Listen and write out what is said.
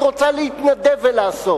היא רוצה להתנדב ולעשות.